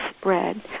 spread